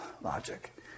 logic